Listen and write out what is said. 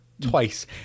twice